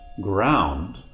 ground